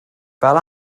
fel